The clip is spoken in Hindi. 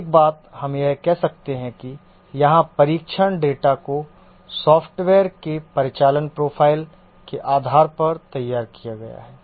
एक बात हम यह कह सकते हैं कि यहाँ परीक्षण डेटा को सॉफ्टवेयर के परिचालन प्रोफाइल के आधार पर तैयार किया गया है